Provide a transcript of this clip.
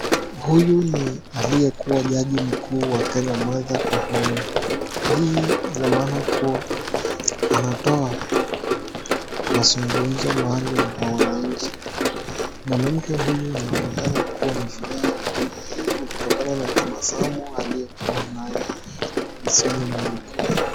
Huyu ni aliyekuwa jaji mkuu wa kenya Martha Koome. Hii ina maana kuwa anatoa mazungumzo maalum kwa wananchi. Mwanamke huyu anaonekana kuwa na furaha kutokana na tabasamu aliyokuwa nayo usoni mwake.